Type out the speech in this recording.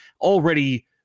already